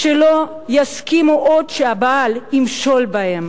שלא יסכימו עוד שהבעל ימשול בהן,